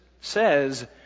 says